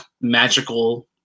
magical